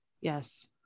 Yes